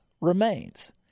remains